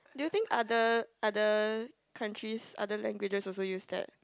do you think other other countries other languages also use that